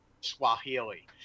swahili